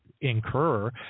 incur